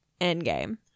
endgame